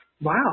wow